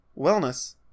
wellness